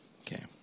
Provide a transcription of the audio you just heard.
Okay